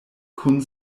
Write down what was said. kun